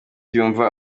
yumva